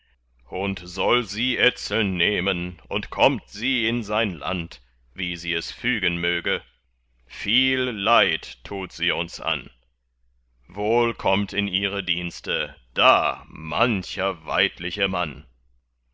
und soll sie etzeln nehmen und kommt sie in sein land wie sie es fügen möge viel leid tut sie uns an wohl kommt in ihre dienste da mancher weidliche mann